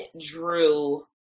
drew